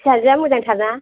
फिसाजोया मोजांथार ना